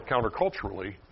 counterculturally